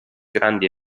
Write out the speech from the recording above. grandi